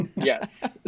yes